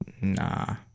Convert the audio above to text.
Nah